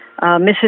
mrs